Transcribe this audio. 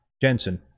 Jensen